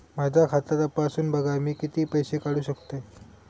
माझा खाता तपासून बघा मी किती पैशे काढू शकतय?